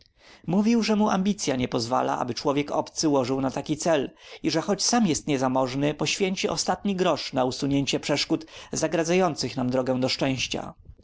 mówił że mu ambicya nie pozwala aby człowiek obcy łożył na taki cel i że choć sam jest niezamożny poświęci ostatni grosz na usunięcie przeszkód zagradzających nam drogę do szczęścia